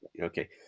okay